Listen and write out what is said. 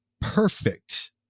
perfect